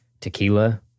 tequila